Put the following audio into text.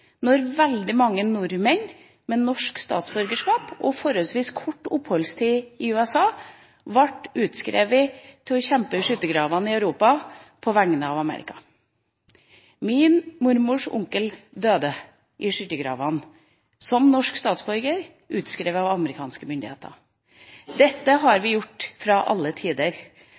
når veldig mange nordmenn med norsk statsborgerskap og forholdsvis kort oppholdstid i USA ble utskrevet for å kjempe i skyttergravene i Europa på vegne av Amerika. Min mormors onkel døde i skyttergravene som norsk statsborger utskrevet av amerikanske myndigheter. Dette har vi gjort til alle tider,